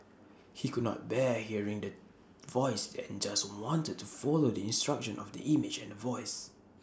he could not bear hearing The Voice and just wanted to follow the instruction of the image and The Voice